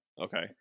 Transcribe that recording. Okay